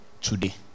today